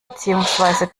beziehungsweise